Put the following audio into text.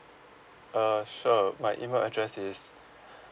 uh sure my email address is